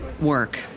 work